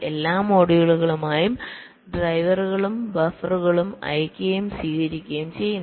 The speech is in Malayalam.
എല്ലാ മൊഡ്യൂളുകളുമായും ഡ്രൈവറുകളും ബഫറുകളും അയയ്ക്കുകയും സ്വീകരിക്കുകയും ചെയ്യുന്നു